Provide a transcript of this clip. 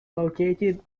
located